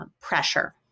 pressure